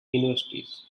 universities